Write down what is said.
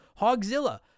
Hogzilla